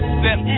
step